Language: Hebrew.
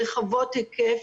רחבות היקף